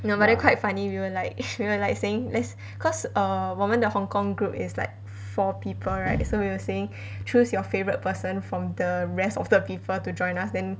but then quite funny we were like we were like saying let's cause err 我们的 hong kong group is like four people right so we were saying choose your favourite person from the rest of the people to join us then